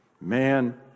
man